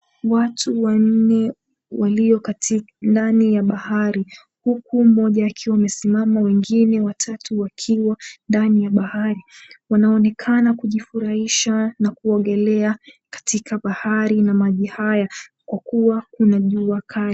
Watu wanne walio katika ndani ya bahari huku mmoja akiwa amesimama, wengine watatu wakiwa ndani ya bahari wanaonekana kujifurahisha na kuogelea katika bahari na maji haya kwa kua kuna jua kali.